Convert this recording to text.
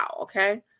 okay